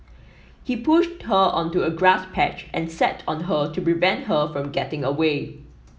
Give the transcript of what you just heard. he pushed her onto a grass patch and sat on her to prevent her from getting away